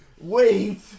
Wait